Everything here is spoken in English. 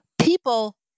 people